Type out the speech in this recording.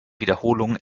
wiederholung